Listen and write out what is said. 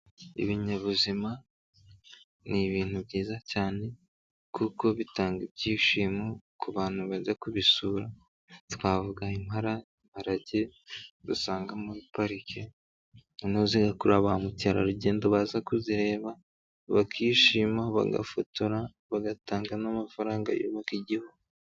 Ibinyabuzima n'ibintu byiza cyane, kuko bitanga ibyishimo ku bantu bajya kubisura, twavuga impara, imparajye dusanga muri parike. Noneho zigakurura ba mukerarugendo baza kuzireba, bakishima, bagafotora, bagatanga n'amafaranga yubaka igihugu.